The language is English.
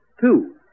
Two